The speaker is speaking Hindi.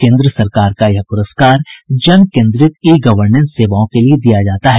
केन्द्र सरकार का यह पुरस्कार जन केन्द्रित ई गवर्नेस सेवाओं के लिए दिया जाता है